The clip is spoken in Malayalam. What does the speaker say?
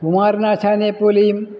കുമാരനാശാനെ പോലെയും